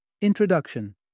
Introduction